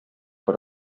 per